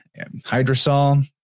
hydrosol